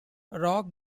rock